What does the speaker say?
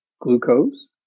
glucose